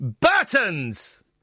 Burton's